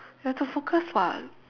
we have to focus [what]